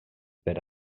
per